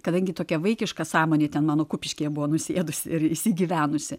kadangi tokia vaikiška sąmonė ten mano kupiškyje buvo nusėdus ir įsigyvenusi